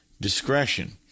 discretion